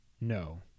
No